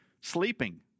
sleeping